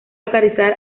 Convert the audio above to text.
localizar